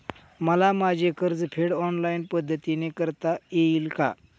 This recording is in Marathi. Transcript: मला माझे कर्जफेड ऑनलाइन पद्धतीने करता येईल का?